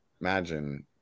imagine